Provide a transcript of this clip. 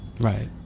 Right